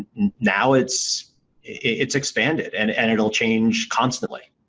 now it's it's expanded and and it'll change constantly.